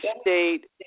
State